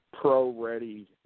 pro-ready